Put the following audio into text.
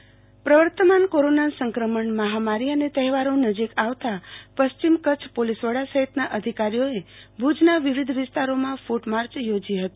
Bhuj police ફ્રટમાર્ચ પ્રવર્તમાન corona સંક્રમણ મહામારી અને તહેવારો નજીક આવતા પ્રશ્રિમ કરછ પોલિસવડા સહિતના અધિકારીઓ ભુજના વિવિધ વિસ્તારોમાં ફ્ટ માર્ચ યોજી હતી